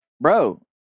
bro